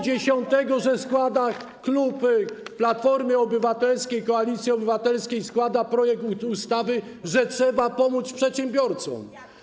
10 stycznia mówi, że klub Platformy Obywatelskiej - Koalicji Obywatelskiej składa projekt ustawy, że trzeba pomóc przedsiębiorcom.